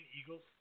eagles